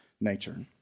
nature